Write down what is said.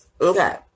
Okay